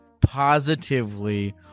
positively